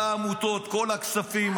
כל העמותות, כל הכספים.